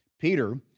Peter